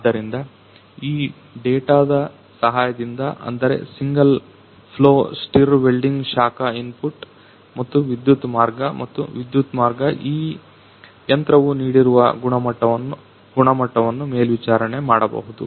ಆದ್ದರಿಂದ ಈ ಡೇಟಾದ ಸಹಾಯದಿಂದ ಅಂದರೆ ಸಿಂಗಲ್ ಫ್ಲೋ ಸ್ಟಿರ್ ವೆಲ್ಡಿಂಗ್ ಶಾಖ ಇನ್ಪುಟ್ ಮತ್ತು ವಿದ್ಯುತ್ ಮಾರ್ಗ ಮತ್ತು ವಿದ್ಯುತ್ ಮಾರ್ಗ ಈ ಯಂತ್ರವು ನೀಡಿರುವ ಗುಣಮಟ್ಟವನ್ನು ಮೇಲ್ವಿಚಾರಣೆ ಮಾಡಬಹುದು